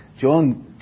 John